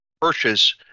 purchase